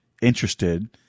interested